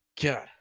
god